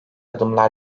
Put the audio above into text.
adımlar